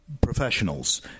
professionals